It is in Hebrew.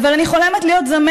אבל אני חולמת להיות זמרת,